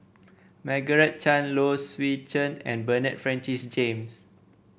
Margaret Chan Low Swee Chen and Bernard Francis James